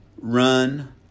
run